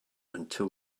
until